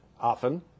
often